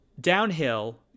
Downhill